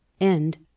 End